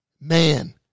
Man